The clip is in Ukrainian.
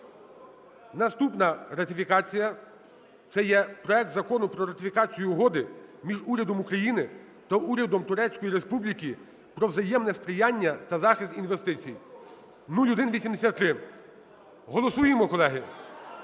Наступна ратифікація – це є проект Закону про ратифікацію Угоди між Урядом України та Урядом Турецької Республіки про взаємне сприяння та захист інвестицій (0183). Голосуємо, колеги?